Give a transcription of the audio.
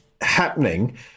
happening